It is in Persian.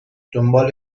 دنبال